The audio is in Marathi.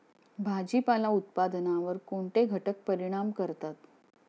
भाजीपाला उत्पादनावर कोणते घटक परिणाम करतात?